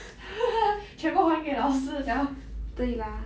全部还给老师了